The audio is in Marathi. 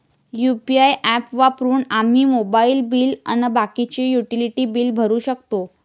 यू.पी.आय ॲप वापरून आम्ही मोबाईल बिल अन बाकीचे युटिलिटी बिल भरू शकतो